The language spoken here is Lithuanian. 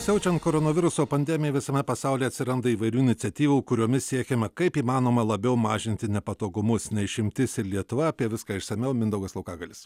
siaučiant koronaviruso pandemijai visame pasaulyje atsiranda įvairių iniciatyvų kuriomis siekiama kaip įmanoma labiau mažinti nepatogumus ne išimtis ir lietuva apie viską išsamiau mindaugas laukagalis